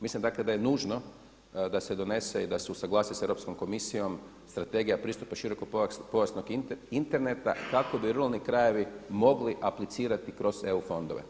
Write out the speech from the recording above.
Mislim dakle da je nužno da se donese i da se usuglasi sa Europskom komisijom strategija pristupa širokopojasnog interneta kako bi ruralni krajevi mogli aplicirati kroz eu fondove.